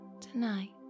tonight